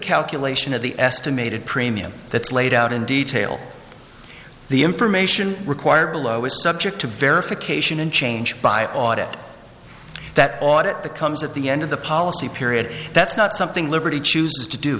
calculation of the estimated premium that's laid out in detail the information required below is subject to verification and change by audit that audit that comes at the end of the policy period that's not something liberty chooses to do